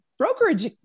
brokerage